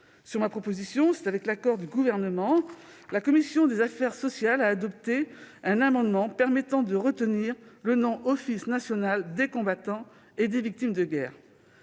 Sur ma proposition, et avec l'accord du Gouvernement, la commission des affaires sociales a adopté un amendement permettant de retenir le nom « Office national des combattants et des victimes de guerre